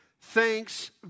Thanks